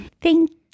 thank